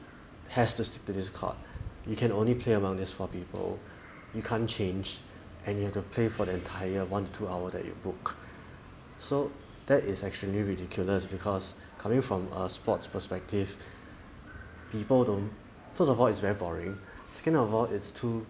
has to stick to this court you can only play among these four people you can't change and you have to play for the entire one to two hour that you booked so that is extremely ridiculous because coming from a sports perspective people don't first of all it's very boring second of all it's too